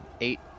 eight